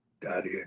Daddy